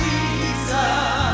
Jesus